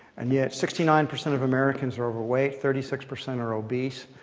and yet, sixty nine percent of americans are overweight. thirty six percent are obese.